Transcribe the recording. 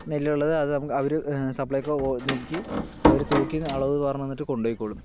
നെല്ലുള്ളത് അത് അവര് സപ്ലൈകോയിലേക്ക് അവര് തൂക്കി അളവ് പറഞ്ഞ് തന്നിട്ട് കൊണ്ട് പൊയ്ക്കൊള്ളും